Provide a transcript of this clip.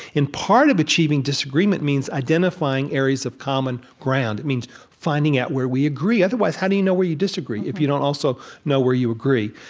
and part of achieving disagreement means identifying areas of common ground. it means finding out where we agree otherwise, how do you know where you disagree if you don't also know where you agree?